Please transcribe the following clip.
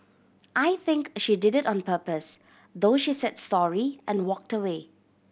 I think she did it on purpose though she said sorry and walked away